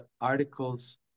articles